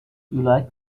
like